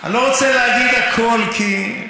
אני לא רוצה להגיד הכול, כי,